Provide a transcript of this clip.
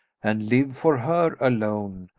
and live for her alone.